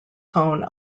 tone